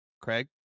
Craig